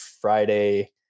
friday